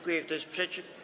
Kto jest przeciw?